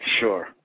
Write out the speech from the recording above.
Sure